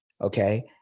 Okay